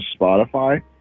Spotify